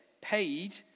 paid